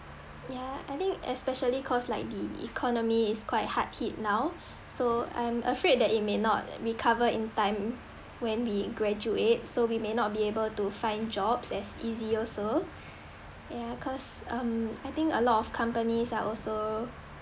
ya I think especially cause like the economy is quite hard hit now so I'm afraid that it may not recover in time when we graduate so we may not be able to find jobs as easy also ya cause um I think a lot of companies are also